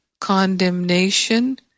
condemnation